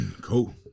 cool